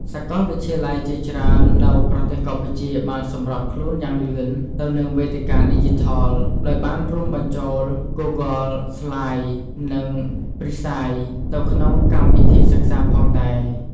សកលវិទ្យាល័យជាច្រើននៅប្រទេសកម្ពុជាបានសម្របខ្លួនយ៉ាងលឿនទៅនឹងវេទិកាឌីជីថល ដោយបានរួមបញ្ចូល Google Slides និង Prezi ទៅក្នុងកម្មវីធីសិក្សាផងដែរ។